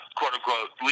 quote-unquote